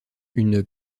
une